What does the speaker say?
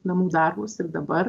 namų darbus ir dabar